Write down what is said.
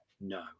No